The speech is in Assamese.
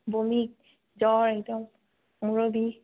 বমি জ্বৰ একদম মূৰৰ বিষ